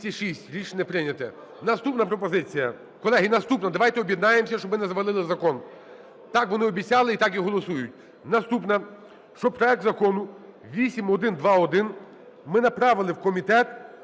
Наступна пропозиція. Колеги, наступна. Давайте об'єднаємося, щоб ми не завалили закон. Так вони обіцяли, і так і голосують. Наступна. Щоб проект Закону 8121 ми направили в комітет